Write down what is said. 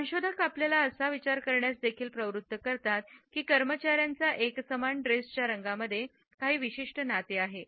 संशोधक आपल्याला असा विचार करण्यास देखील प्रवृत्त करतात की कर्मचाऱ्यांच्या एकसमान ड्रेसच्या रंगामध्ये काही विशिष्ट नाते आहे